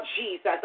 Jesus